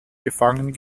gefangen